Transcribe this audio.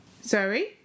Sorry